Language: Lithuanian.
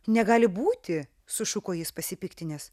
negali būti sušuko jis pasipiktinęs